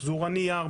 מחזור הנייר,